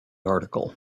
article